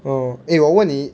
oh eh 我问你